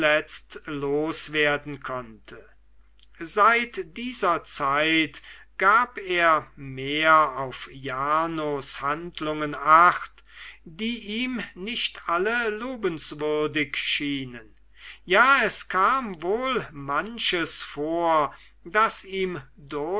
loswerden konnte seit dieser zeit gab er mehr auf jarnos handlungen acht die ihm nicht alle lobenswürdig schienen ja es kam wohl manches vor das ihm